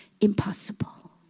impossible